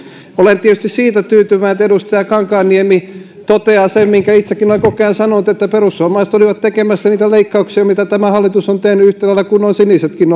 olen tietysti siitä tyytyväinen että edustaja kankaanniemi toteaa sen mitä itsekin olen koko ajan sanonut että perussuomalaiset olivat tekemässä niitä leikkauksia joita tämä hallitus on tehnyt yhtä lailla kuin ovat sinisetkin